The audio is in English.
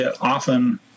often